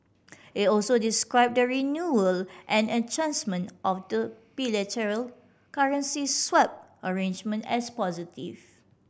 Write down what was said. it also described the renewal and of the bilateral currency swap arrangement as positive